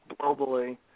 globally